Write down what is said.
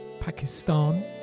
Pakistan